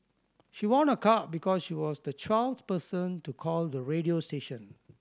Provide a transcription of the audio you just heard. she won a car because she was the twelfth person to call the radio station